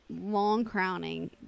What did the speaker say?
long-crowning